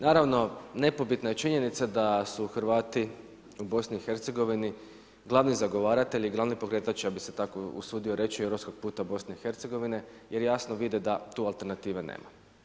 Naravno, nepobitna je činjenica da su Hrvati u BIH glavni zagovaratelji, glavni pokretač, ja bih se tako usudio reći europskog puta BIH jer jasno vide da tu alternative nema.